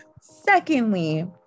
Secondly